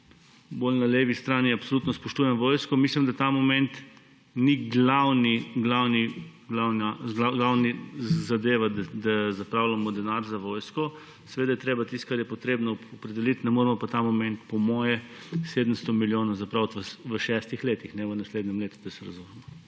bolj na levi strani, absolutno spoštujem vojsko, mislim, da ta moment ni glavna zadeva, da zapravljamo denar za vojsko. Seveda je treba tisto, kar je potrebno, opredeliti, ne moremo pa ta moment po mojem 700 milijonov zapraviti v šestih letih, ne v naslednjem letu, da se razumemo.